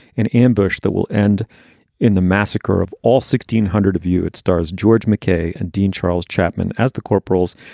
an ambush that will end in the massacre of all sixteen hundred of you. it stars george mckay and dean charles chapman as the corporals,